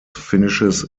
finishes